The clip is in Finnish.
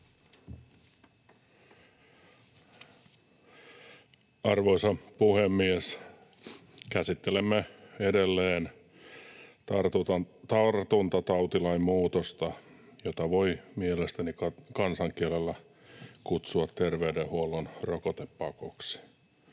Arvoisa puhemies! Käsittelemme edelleen tartuntatautilain muutosta, jota voi mielestäni kansankielellä kutsua terveydenhuollon rokotepakoksi,